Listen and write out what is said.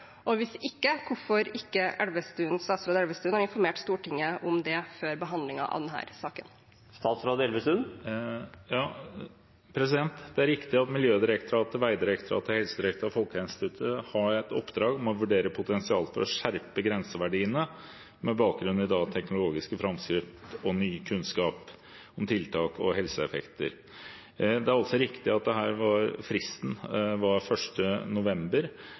og hvis ikke, hvorfor ikke statsråd Elvestuen har informert Stortinget om det før behandlingen av denne saken. Det er riktig at Miljødirektoratet, Vegdirektoratet, Helsedirektoratet og Folkehelseinstituttet har et oppdrag med å vurdere potensialet for å skjerpe grenseverdiene med bakgrunn i teknologiske framskritt og ny kunnskap om tiltak og helseeffekter. Det er også riktig at fristen her var 1. november, men etatene har selv bedt om å få utsatt fristen,